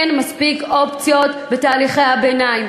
אין מספיק אופציות בתהליכי הביניים.